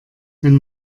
wenn